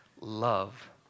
love